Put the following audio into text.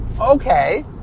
Okay